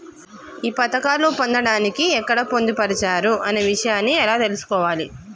ఈ పథకాలు పొందడానికి ఎక్కడ పొందుపరిచారు అనే విషయాన్ని ఎలా తెలుసుకోవాలి?